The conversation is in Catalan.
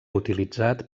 utilitzat